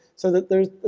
so that there's,